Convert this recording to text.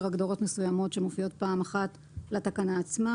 הגדרות מסוימות שמופיעות פעם אחת לתקנה עצמה,